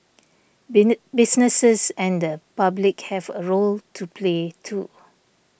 businesses and the public have a role to play too